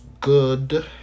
good